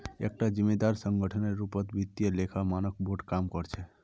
एकता जिम्मेदार संगठनेर रूपत वित्तीय लेखा मानक बोर्ड काम कर छेक